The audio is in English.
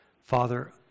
Father